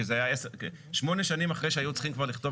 כי זה היה שמונה שנים אחרי שהיו כבר צריכים לכתוב